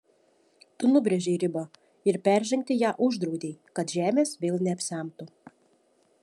tu nubrėžei ribą ir peržengti ją uždraudei kad žemės vėl neapsemtų